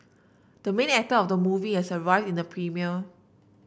the main actor of the movie has arrived in the premiere